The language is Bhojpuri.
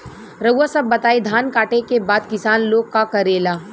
रउआ सभ बताई धान कांटेके बाद किसान लोग का करेला?